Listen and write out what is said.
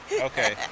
okay